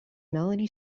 melanie